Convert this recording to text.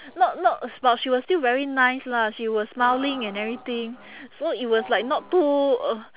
not not but she was still very nice lah she was smiling and everything so it was like not too uh